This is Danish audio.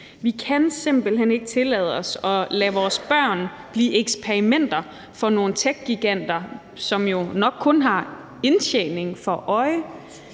Vi kan simpelt hen ikke tillade os at lade vores børn være med i eksperimenter for nogle techgiganter, som jo nok kun har indtjening for øje.